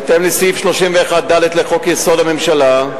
על כך, בהתאם לסעיף 31(ד) לחוק-יסוד: הממשלה,